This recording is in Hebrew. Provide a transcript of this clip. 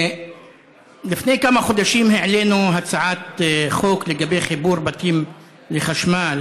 לפני כמה חודשים העלינו הצעת חוק לגבי חיבור בתים לחשמל,